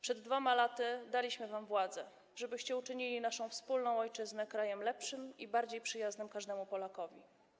Przed 2 laty daliśmy wam władzę, żebyście uczynili naszą wspólną ojczyznę krajem lepszym i bardziej przyjaznym każdemu Polakowi.